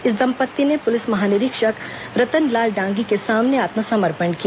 इस दंपत्ति ने पुलिस महानिरीक्षक रतन लाल डांगी के सामने आत्मसमर्पण किया